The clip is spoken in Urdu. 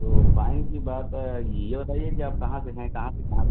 تو فائن کی بات یہ بتائیے کہ آپ کہاں سے ہیں کہاں سے کہاں